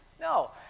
No